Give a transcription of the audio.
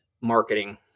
marketing